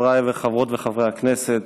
חבריי חברות וחברי הכנסת,